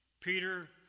Peter